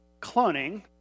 cloning